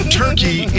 turkey